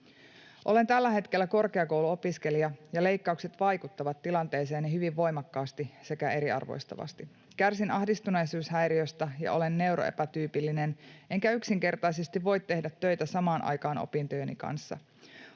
”Olen tällä hetkellä korkeakouluopiskelija, ja leikkaukset vaikuttavat tilanteeseeni hyvin voimakkaasti sekä eriarvoistavasti. Kärsin ahdistuneisuushäiriöstä ja olen neuroepätyypillinen enkä yksinkertaisesti voi tehdä töitä samaan aikaan opintojeni kanssa.